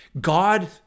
God